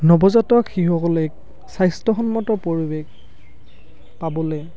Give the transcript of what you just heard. নৱজাতক শিশুসকলে স্বাস্থ্যসন্মত পৰিৱেশ পাবলে